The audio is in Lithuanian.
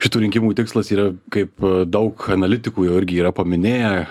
šitų rinkimų tikslas yra kaip daug analitikų jau irgi yra paminėję